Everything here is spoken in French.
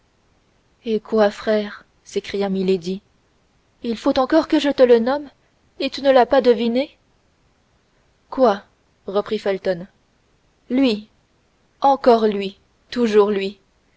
eh quoi frère s'écria milady il faut encore que je te le nomme et tu ne l'as pas deviné quoi reprit felton lui encore lui toujours lui